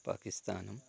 पाकिस्तानम्